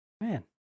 Man